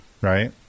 right